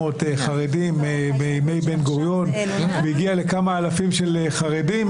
חרדים בימי בן גוריון והגיע לכמה אלפים של חרדים,